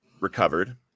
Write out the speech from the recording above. recovered